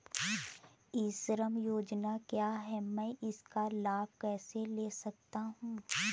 ई श्रम योजना क्या है मैं इसका लाभ कैसे ले सकता हूँ?